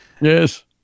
Yes